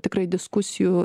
tikrai diskusijų